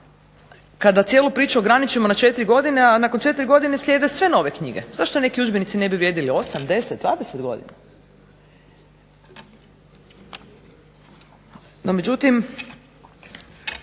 Kada cijelu priču ograničimo na četiri godine, a nakon četiri godine slijede sve nove knjige, zašto neki udžbenici ne bi vrijedili 8, 10, 20 godina. No međutim,